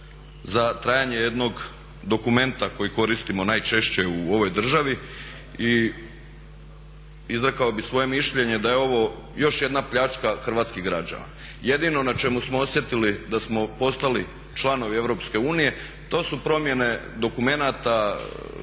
za trajanje jednog dokumenta koji koristimo najčešće u ovoj državi i izrekao bih svoje mišljenje da je ovo još jedna pljačka hrvatskih građana. Jedino na čemu smo osjetili da smo postali članovi EU to su promjene dokumenata,